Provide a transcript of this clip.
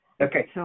Okay